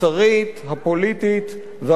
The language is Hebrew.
הפוליטית והחברתית